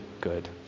good